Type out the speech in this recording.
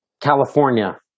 California